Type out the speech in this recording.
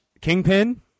Kingpin